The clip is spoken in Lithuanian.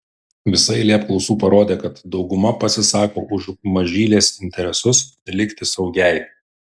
visa eilė apklausų parodė kad dauguma pasisako už mažylės interesus likti saugiai